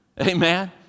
Amen